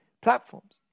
platforms